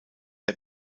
der